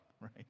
right